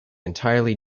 entirely